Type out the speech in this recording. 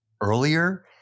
earlier